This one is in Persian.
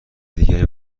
دیگری